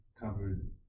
covered